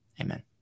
Amen